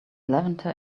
levanter